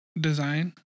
design